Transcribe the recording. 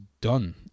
done